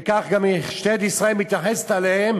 וכך גם משטרת ישראל מתייחסת אליהם,